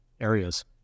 areas